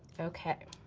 okay.